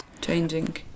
changing